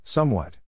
Somewhat